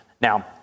Now